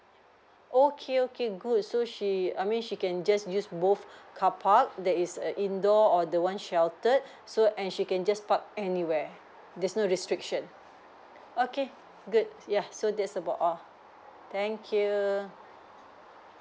okay okay good so she I mean she can just use both car park that is a indoor or the one sheltered so and she can just park anywhere there's no restriction okay good yeah so that's about all thank you